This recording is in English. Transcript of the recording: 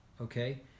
okay